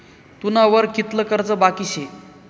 तुना वर कितलं कर्ज बाकी शे